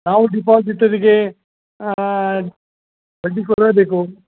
ನಾವು ಡಿಪಾಸಿಟರಿಗೆ ಬಡ್ಡಿ ಕೊಡಲೇಬೇಕು